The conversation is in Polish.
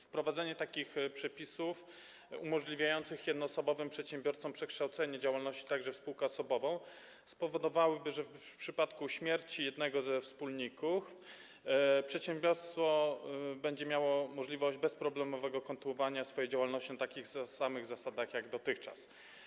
Wprowadzenie takich przepisów umożliwiających jednoosobowym przedsiębiorcom przekształcenie działalności także w spółkę osobową spowodowałoby, że w przypadku śmierci jednego ze wspólników przedsiębiorstwo miałoby możliwość bezproblemowego kontynuowania swojej działalności na takich samych zasadach jak dotychczas.